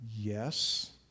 yes